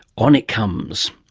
on it comes.